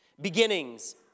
beginnings